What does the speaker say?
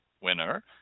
winner